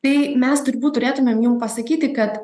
tai mes turbūt turėtumėm jum pasakyti kad